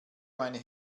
meine